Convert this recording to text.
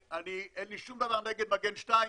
אין לי שום דבר נגד מגן 2,